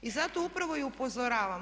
I zato upravo i upozoravam.